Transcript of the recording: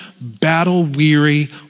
battle-weary